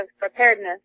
preparedness